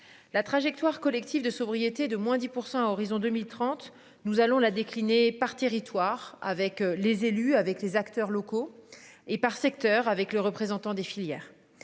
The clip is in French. La trajectoire collectif de sobriété, de moins 10% à horizon 2030, nous allons la déclinés par territoire avec les élus, avec les acteurs locaux et par secteur avec le représentant des filières,